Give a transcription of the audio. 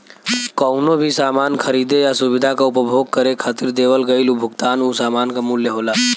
कउनो भी सामान खरीदे या सुविधा क उपभोग करे खातिर देवल गइल भुगतान उ सामान क मूल्य होला